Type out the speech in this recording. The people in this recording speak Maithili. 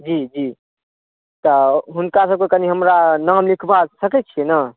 जी जी तऽ हुनका सब के कनी हमरा नाम लिखबा सकै छियै ने